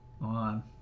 on